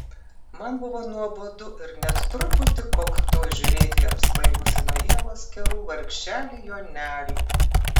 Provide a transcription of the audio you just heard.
man buvo nuobodu ir net truputį koktu žiūrėti į apsvaigusį nuo ievos kerų vargšelį jonelį